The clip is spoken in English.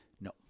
No